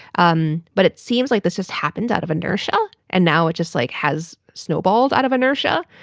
um but it seems like this just happened out of inertia. and now it just like has snowballed out of inertia.